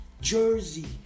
jersey